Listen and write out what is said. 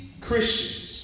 Christians